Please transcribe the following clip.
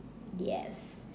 yes